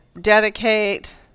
dedicate